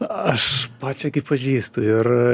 aš pačią kai pažįstu ir